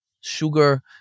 sugar